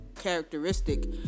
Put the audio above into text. characteristic